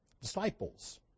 disciples